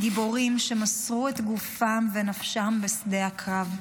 גיבורים שמסרו את גופם ונפשם בשדה הקרב,